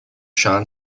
shan